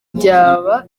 byaba